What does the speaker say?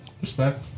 respect